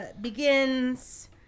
begins